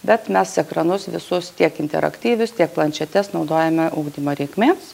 bet mes ekranus visus tiek interaktyvius tiek planšetes naudojame ugdymo reikmėms